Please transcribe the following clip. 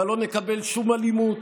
אבל לא נקבל שום אלימות,